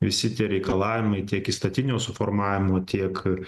visi tie reikalavimai tiek įstatinio suformavimo tiek